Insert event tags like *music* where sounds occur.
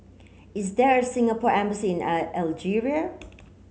is there a Singapore embassy in *unintelligible* Algeria